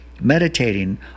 Meditating